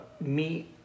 meet